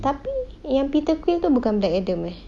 tapi yang peter quinn tu bukan black adam eh